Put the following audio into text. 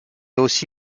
aussi